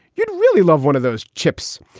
you'd really love one of those chips.